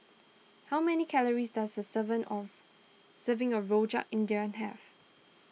how many calories does a seven of serving of Rojak India have